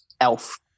elf